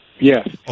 Yes